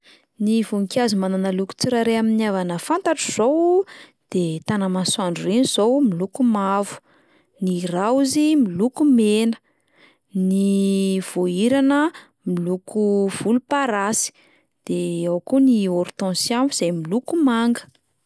Ny voninkazo manana loko tsirairay amin'ny avana fantatro izao de: tanamasoandro ireny izao miloko mavo, ny raozy miloko mena, ny voahirana moloko volomparasy, de ao koa ny hortensia izay miloko manga.